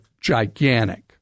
gigantic